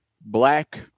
black